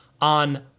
on